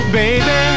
baby